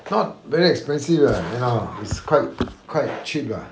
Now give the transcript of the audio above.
not very expensive lah you know it's quite quite cheap lah